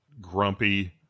grumpy